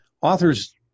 authors